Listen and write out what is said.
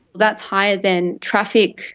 that's higher than traffic,